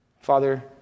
Father